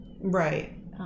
Right